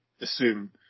assume